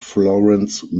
florence